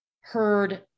heard